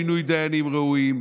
לצעוק נגד מינוי דיינים ראויים,